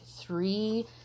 three